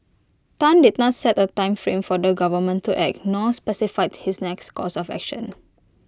Tan did not set A time frame for the government to act nor specified his next course of action